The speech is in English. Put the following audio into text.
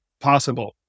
possible